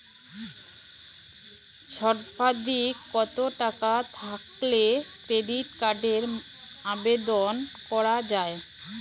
সর্বাধিক কত টাকা থাকলে ক্রেডিট কার্ডের আবেদন করা য়ায়?